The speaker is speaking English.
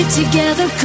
together